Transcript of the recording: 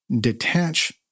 detach